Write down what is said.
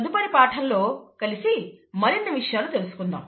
తదుపరి పాఠం లో కలసి మరిన్ని విషయాలు తెలుసుకుందాం